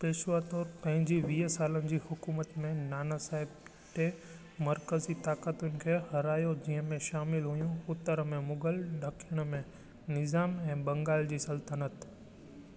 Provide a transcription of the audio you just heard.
पेशवा तौरु पंहिंजी वीअ सालनि जी हुकूमत में नानासाहेब टे मरक़ज़ी ताक़तुनि खे हारायो जीअं में शामिल हुयूं उत्तर में मुगल ॾखिण में निज़ाम ऐं बंगाल जी सल्तनत